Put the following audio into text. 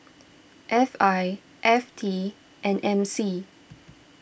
F I F T and M C